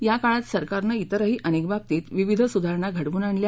या काळात सरकारनं इतरही अनेक बाबतीत विविध सुधारणा घडवून आणल्या